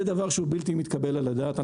זה דבר שהוא בלתי מתקבל על הדעת.